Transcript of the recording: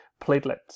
platelets